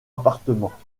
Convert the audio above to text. appartements